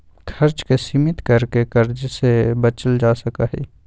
खर्च के सीमित कर के कर्ज से बचल जा सका हई